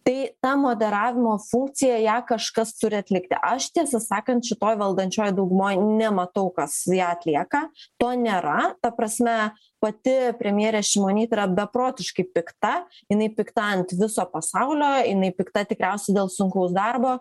tai ta moderavimo funkcija ją kažkas turi atlikti aš tiesą sakant šitoj valdančiojoj daugumoj nematau kas ją atlieka to nėra ta prasme pati premjerė šimonytė yra beprotiškai pikta jinai pikta ant viso pasaulio jinai pikta tikriausiai dėl sunkaus darbo